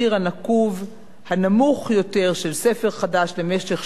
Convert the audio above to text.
הנמוך יותר של ספר חדש, למשך 18 חודשים.